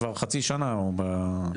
כבר חצי שנה הוא ב- לא,